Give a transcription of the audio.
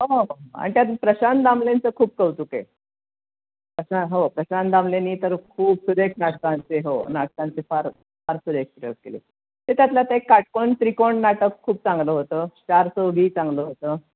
हो हो हो आणि त्यात प्रशांत दामलेंचं खूप कौतुक आहे प्रशां हो प्रशांत दामलेनी तर खूप सुरेख नाटकांचे हो नाटकांचे फार फार सुरेख प्रयोग केले आहेत तर त्यातल्या काटकोण त्रिकोण नाटक खूप चांगलं होतं चारचौघी चांगलं होतं